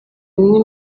bimwe